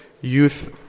youth